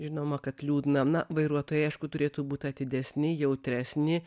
žinoma kad liūdna na vairuotojai aišku turėtų būt atidesni jautresni